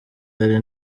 ari